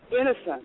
innocent